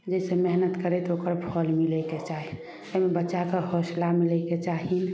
जे से मेहनत करै तऽ ओकर फल मिलैके चाही बच्चाके हौसला मिलैके चाही